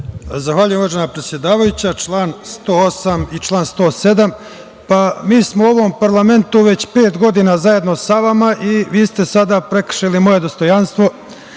Zahvaljujem uvažena predsedavajuća, član 108. i član 107. Mi smo u ovom parlamentu već 5 godina zajedno sa vama, i vi ste sada prekršili moje dostojanstvo,